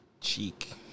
cheek